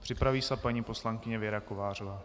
Připraví se paní poslankyně Věra Kovářová.